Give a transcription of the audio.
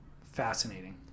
fascinating